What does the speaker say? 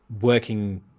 working